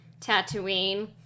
Tatooine